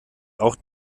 auch